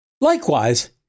Likewise